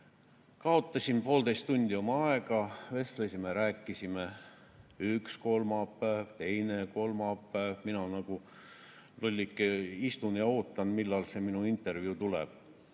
Kaotasin poolteist tundi oma ajast, vestlesime, rääkisime. Üks kolmapäev, teine kolmapäev, mina nagu lollike istun ja ootan, millal see minu intervjuu tuleb.